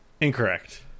Incorrect